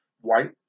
white